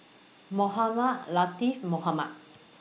Mohamed Latiff Mohamed